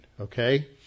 okay